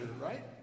right